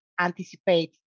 Anticipate